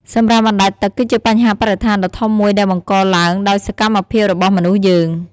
សំរាមអណ្តែតទឹកគឺជាបញ្ហាបរិស្ថានដ៏ធំមួយដែលបង្កឡើងដោយសកម្មភាពរបស់មនុស្សយើង។